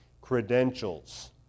credentials